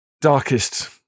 darkest